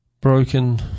broken